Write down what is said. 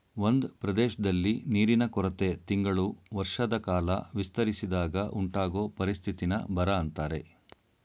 ಒಂದ್ ಪ್ರದೇಶ್ದಲ್ಲಿ ನೀರಿನ ಕೊರತೆ ತಿಂಗಳು ವರ್ಷದಕಾಲ ವಿಸ್ತರಿಸಿದಾಗ ಉಂಟಾಗೊ ಪರಿಸ್ಥಿತಿನ ಬರ ಅಂತಾರೆ